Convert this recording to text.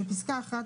(2)בפסקה (1),